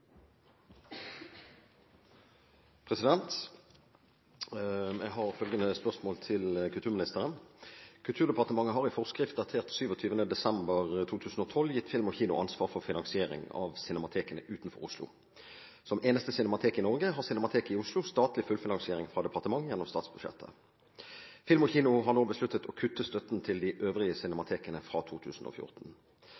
området. Jeg har følgende spørsmål til kulturministeren: «Kulturdepartementet har i forskrift datert 27. desember 2012 gitt Film & Kino ansvar for finansiering av cinematekene utenfor Oslo. Som eneste cinematek i Norge får Cinemateket i Oslo statlig fullfinansiering fra departementet gjennom statsbudsjettet. Film & Kino har nå besluttet å kutte støtten til de øvrige